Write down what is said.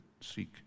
seek